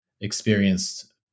experienced